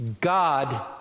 God